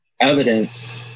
evidence